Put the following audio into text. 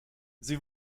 sie